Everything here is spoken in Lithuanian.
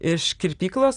iš kirpyklos